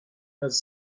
has